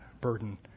burden